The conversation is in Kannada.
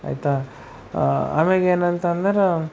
ಆಯ್ತಾ ಆಮ್ಯಾಗ ಏನಂತಂದರೆ